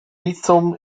rhizom